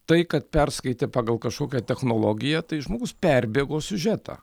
tai kad perskaitė pagal kažkokią technologiją tai žmogus perbėgo siužetą